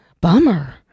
Bummer